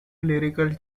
lyrical